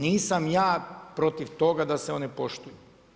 Nisam ja protiv toga da se one poštuju.